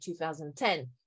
2010